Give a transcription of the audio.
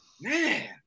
Man